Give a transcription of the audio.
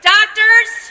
Doctors